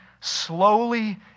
slowly